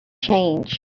change